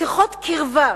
שיחות קרבה,